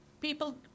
People